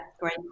great